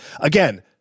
again